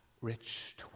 rich